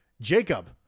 Jacob